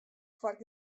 foar